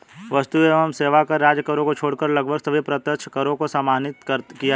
वस्तु एवं सेवा कर राज्य करों को छोड़कर लगभग सभी अप्रत्यक्ष करों को समाहित कर दिया है